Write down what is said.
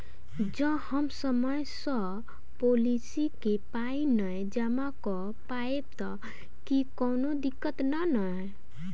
जँ हम समय सअ पोलिसी केँ पाई नै जमा कऽ पायब तऽ की कोनो दिक्कत नै नै?